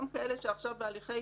גם כאלה שעכשיו בהליכי